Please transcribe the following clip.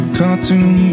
cartoon